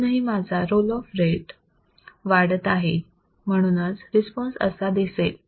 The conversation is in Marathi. अजूनही माझा रोल ऑफ रेट वाढत आहे म्हणून रिस्पॉन्स असा दिसेल